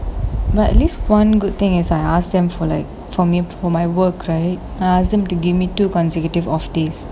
but at least one good thing is I ask them for like for me for my work right I ask them to give me two consecutive off days